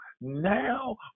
now